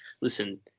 Listen